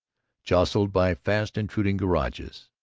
jostled by fast-intruding garages,